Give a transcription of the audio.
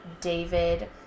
David